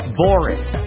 boring